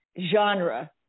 genre